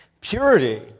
Purity